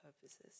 purposes